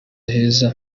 heza